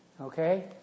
Okay